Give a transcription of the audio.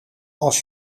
als